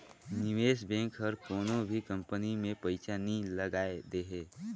निवेस बेंक हर कोनो भी कंपनी में पइसा नी लगाए देहे